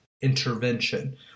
intervention